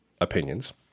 opinions